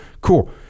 Cool